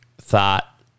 thought